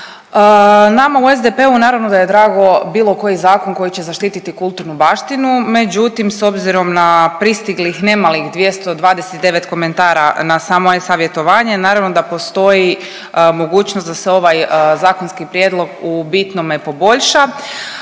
Nama u SDP-u naravno da je drago bilo koji zakon koji će zaštiti kulturnu baštinu međutim s obzirom na pristiglih nemalih 229 komentara na samo e-savjetovanje, naravno da postoji mogućnost da se ovaj zakonski prijedlog u bitnome poboljša.